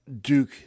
Duke